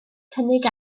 cynnig